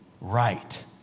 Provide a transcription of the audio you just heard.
right